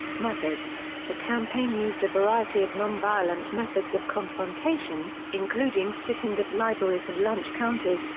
methods the campaign used a variety of nonviolent methods of confrontation, including sit-ins at libraries and lunch counters,